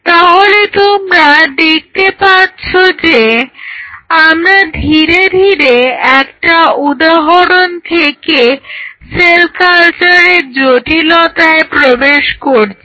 তাহলে তোমরা দেখতে পাচ্ছো যে আমরা ধীরে ধীরে একটা উদাহরন থেকে সেল কালচারের জটিলতায় প্রবেশ করছি